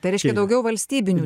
tai reiškia daugiau valstybinių